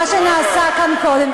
מה שנעשה כאן קודם,